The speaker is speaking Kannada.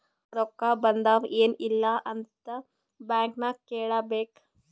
ರೊಕ್ಕಾ ಬಂದಾವ್ ಎನ್ ಇಲ್ಲ ಅಂತ ಬ್ಯಾಂಕ್ ನಾಗ್ ಕೇಳಬೇಕ್